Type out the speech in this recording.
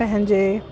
पंहिंजे